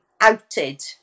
outed